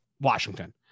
Washington